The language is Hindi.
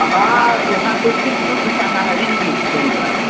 हाँ यहाँ पर सिर्फ़ शुद्ध शाकाहारी ही मिलता है